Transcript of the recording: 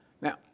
Now